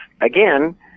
again